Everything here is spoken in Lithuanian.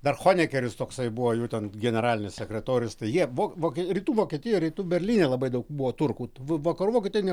dar honekeris toksai buvo jų ten generalinis sekretorius tai jie vok vokie rytų vokietijoj rytų berlyne labai daug buvo turkų vakarų vokietijoj